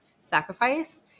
sacrifice